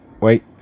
wait